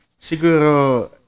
siguro